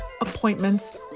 appointments